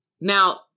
Now